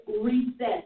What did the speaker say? Reset